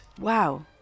wow